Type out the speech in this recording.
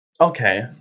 okay